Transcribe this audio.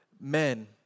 men